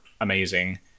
amazing